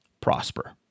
prosper